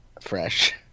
fresh